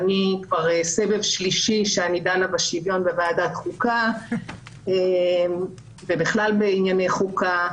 אני כבר סבב שלישי של דיונים בשוויון בוועדת החוקה ובכלל בענייני חוקה.